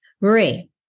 Marie